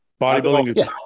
Bodybuilding